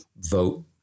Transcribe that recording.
vote